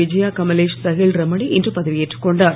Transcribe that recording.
விஜயா கமலேஷ் தஹில்ரமணி இன்று பதவி ஏற்றுக்கொண்டார்